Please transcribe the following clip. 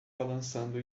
balançando